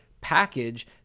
package